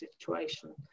situation